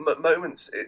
moments